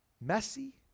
messy